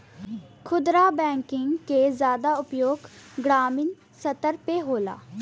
खुदरा बैंकिंग के जादा उपयोग ग्रामीन स्तर पे होला